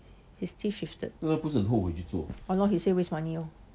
his teeth shifted ah he said waste money orh